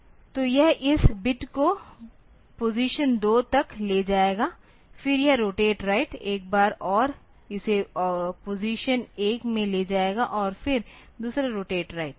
तो यह इस बिट को पोजीशन 2 तक ले जाएगा फिर यह रोटेट राइट एक बार और इसे पोजीशन 1 में ले जाएगा और फिर दूसरा रोटेट राइट